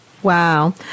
Wow